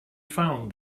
found